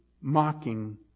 mocking